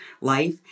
life